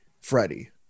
Freddie